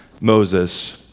Moses